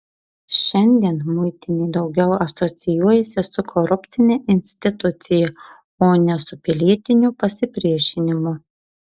šiandien muitinė daugiau asocijuojasi su korupcine institucija o ne su pilietiniu pasipriešinimu